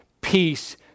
peace